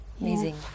amazing